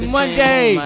Monday